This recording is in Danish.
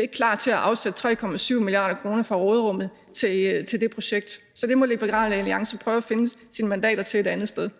ikke klar til at afsætte 3,7 mia. kr. fra råderummet til det projekt. Så det må Liberal Alliance prøve at finde sine mandater til et andet sted.